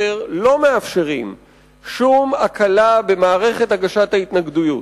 לא מאפשרים שום הקלה במערכת הגשת ההתנגדויות.